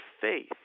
faith